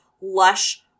lush